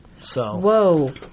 Whoa